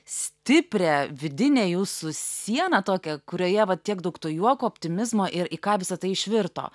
stiprią vidinę jūsų sieną tokią kurioje va tiek daug to juoko optimizmo ir į ką visa tai išvirto